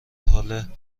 حال